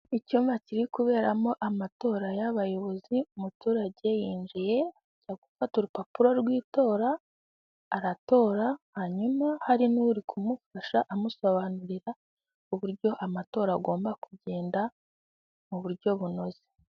Icyumba kiri kuberamo amatora y'abayobozi, umuturage yinjiye ajya gufata urupapuro rw'itora aratora, hanyuma hari n'uri kumufasha amusobanurira uburyo amatora agomba kugenda mu buryo bunoze.